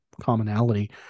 commonality